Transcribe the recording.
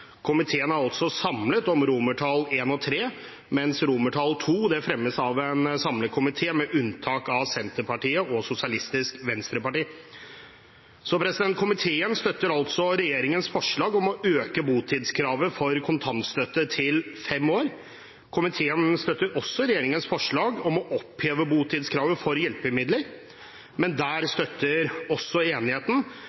Komiteen er samlet om I og III, mens II fremmes av en samlet komité med unntak av Senterpartiet og Sosialistisk Venstreparti. Komiteen støtter altså regjeringens forslag om å øke botidskravet for kontantstøtte til fem år. Komiteen støtter også regjeringens forslag om å oppheve botidskravet for hjelpemidler. Men der